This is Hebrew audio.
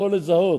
זעום.